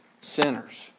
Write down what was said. sinners